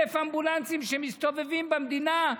1,000 אמבולנסים שמסתובבים במדינה,